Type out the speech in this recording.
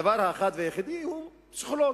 הדבר האחד והיחיד הוא פסיכולוגי.